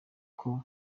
ngo